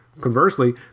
conversely